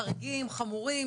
החמורים,